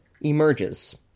emerges